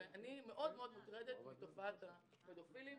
מאד מוטרדת מתופעת הפדופילים.